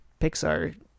Pixar